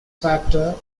factor